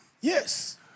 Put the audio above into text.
Yes